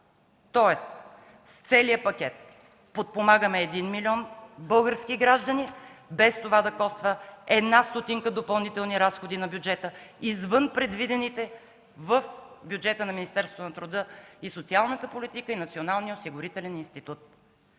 Тоест с целия пакет подпомагаме един милион български граждани, без това да коства една стотинка допълнителни разходи на бюджета, извън предвидените в бюджета на Министерството на труда и социалната политика и Националния осигурителен институт.